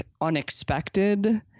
unexpected